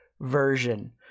version